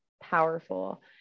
powerful